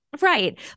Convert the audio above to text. Right